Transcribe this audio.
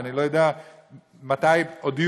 ואני לא יודע מתי בשנים